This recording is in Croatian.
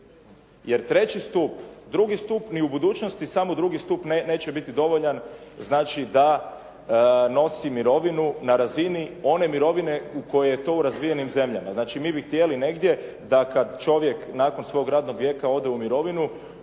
jer treći stup, drugi stup ni u budućnosti samo drugi stup neće biti dovoljan da nosi mirovinu na razini one mirovine u kojoj je to u razvijenim zemljama. Znači, mi bi htjeli negdje da kad čovjek nakon svog radnog vijeka ode u mirovinu